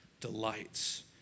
delights